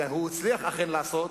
הוא הצליח, אכן, לעשות,